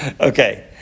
Okay